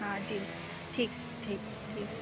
हाँ जी ठीक है ठीक ठीक